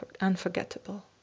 unforgettable